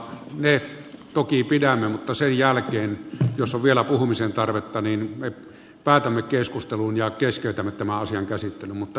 ne toki pidämme mutta sen jälkeen jos on vielä puhumisen tarvetta niin me päätämme keskustelun ja keskeytämme tämän asian käsittelyn